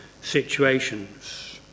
situations